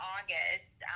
August